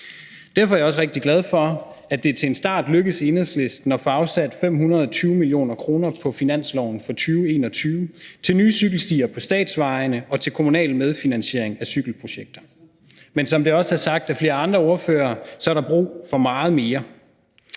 Derfor er jeg også rigtig glad for, at det til en start lykkedes Enhedslisten at få afsat 520 mio. kr. på finansloven for 2021 til nye cykelstier på statsvejene og til kommunal medfinansiering af cykelprojekter. Men som det også er sagt af flere andre ordførere, er der brug for meget mere.